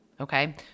Okay